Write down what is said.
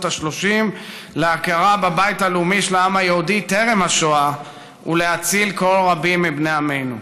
ה-30 להכרה בבית לאומי של העם היהודי טרם השואה ולהציל כה רבים מבני עמנו.